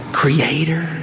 creator